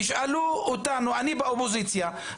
תשאלו אותנו אני באופוזיציה,